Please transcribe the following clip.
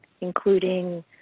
including